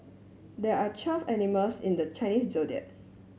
there are twelve animals in the Chinese Zodiac